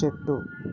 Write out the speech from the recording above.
చెట్టు